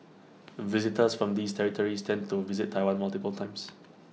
visitors from these territories tend to visit Taiwan multiple times